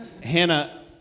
Hannah